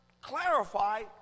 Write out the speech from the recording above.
clarify